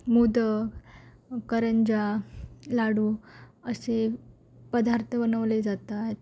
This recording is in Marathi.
मोदक करंज्या लाडू असे पदार्थ बनवले जातात